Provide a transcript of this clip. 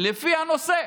לפי הנושא,